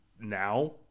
now